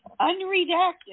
unredacted